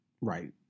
Right